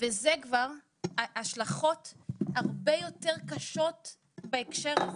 וזה כבר השלכות הרבה יותר קשות בהקשר הזה.